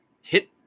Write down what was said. hit